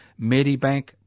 Medibank